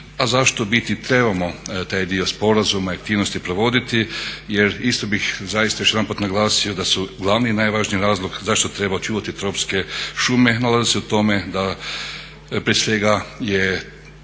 A zašto u biti trebamo taj dio sporazuma i aktivnosti provoditi? Jer isto bih zaista još jedanput naglasio da su glavni i najvažniji razlog zašto treba očuvati tropske šume nalazi se u tome da prije svega je